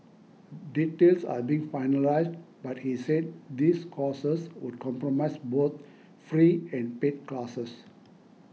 details are being finalised but he said these courses would compromise both free and paid classes